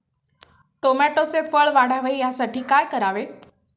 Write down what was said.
टोमॅटोचे फळ वाढावे यासाठी काय करावे?